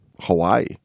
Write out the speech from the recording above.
Hawaii